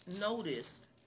noticed